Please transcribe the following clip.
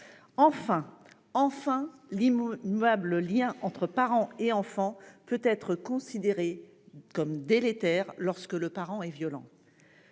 Enfin ! L'immuable lien entre parent et enfant peut enfin être considéré comme délétère lorsque le parent est violent.